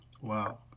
Wow